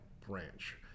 branch